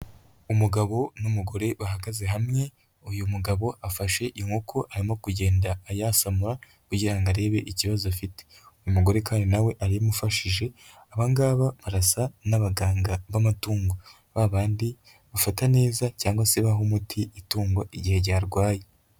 Umugabo n'umugore bahagaze hamwe uyu mugabo afashe inkoko arimo kugenda ayasamura kugira ngo arebe ikibazo afite, uyu mugore kandi nawe aramufashije aba ngaba barasa n'abaganga b'amatungo ba bandi bafata neza cyangwa se baha umuti itungo igihe ryarwaye.